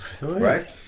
Right